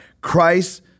Christ